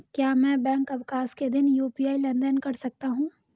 क्या मैं बैंक अवकाश के दिन यू.पी.आई लेनदेन कर सकता हूँ?